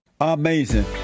amazing